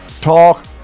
talk